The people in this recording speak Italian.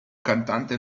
cantante